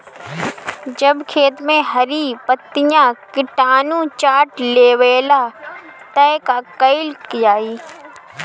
जब खेत मे हरी पतीया किटानु चाट लेवेला तऽ का कईल जाई?